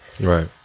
Right